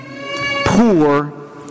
poor